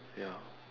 ya